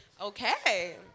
okay